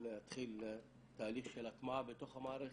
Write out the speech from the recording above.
להתחיל תהליך של הטמעה בתוך המערכת.